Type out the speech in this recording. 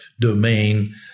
domain